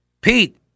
Pete